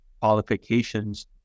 qualifications